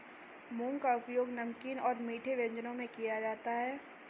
मूंग का उपयोग नमकीन और मीठे व्यंजनों में किया जाता है